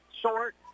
Short